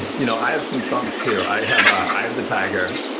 you know i have some songs too. i have eye of the tiger.